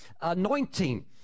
anointing